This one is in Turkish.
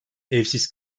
evsiz